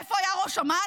איפה היה ראש אמ"ן?